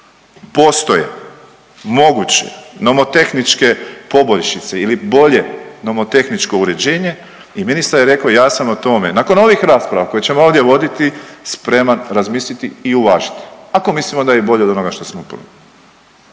Postoje moguće nomotehničke poboljšice ili bolje nomotehničko uređenje i ministar je rekao ja sam o tome, nakon ovih rasprava koje ćemo ovdje voditi spreman razmisliti i uvažiti ako mislimo da je bolje od onoga što smo.